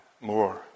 more